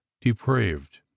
depraved